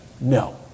No